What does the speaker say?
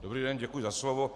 Dobrý den, děkuji za slovo.